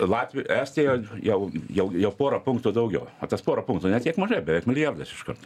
latvijoj estijoj jau jau jau pora punktų daugiau o tas pora punktų ne tiek mažai beveik milijardas iškart